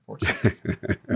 unfortunately